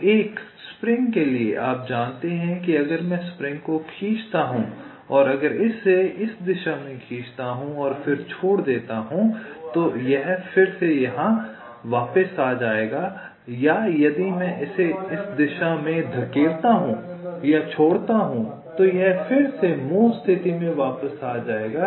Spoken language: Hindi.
तो एक स्प्रिंग के लिए आप जानते हैं कि अगर मैं स्प्रिंग को खींचता हूं तो अगर मैं इसे इस दिशा में खींचता हूं और फिर छोड़ दूँ यह फिर से यहां वापस आ जाएगा या यदि मैं इसे इस दिशा में धकेलता हूं और अगर मैं इसे छोड़ता हूं तो यह फिर से मूल स्थिति में वापस आ जाएगा